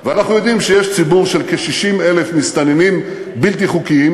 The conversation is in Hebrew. אנחנו יודעים שיש ציבור של כ-60,000 מסתננים בלתי חוקיים